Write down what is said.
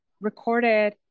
recorded